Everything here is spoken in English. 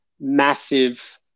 massive